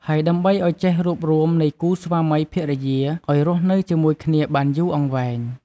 ហើយដើម្បីអោយចេះរួបរួមនៃគូស្វាមីភរិយាឲ្យរស់នៅជាមួយគ្នាបានយូរអង្វែង។